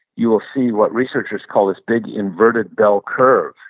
you will see what research has called this big inverted bell curve.